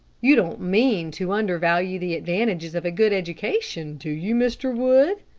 you don't mean to undervalue the advantages of a good education, do you, mr. wood?